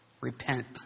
Repent